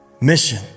mission